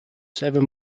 seven